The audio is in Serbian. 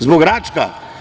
Zbog Račka?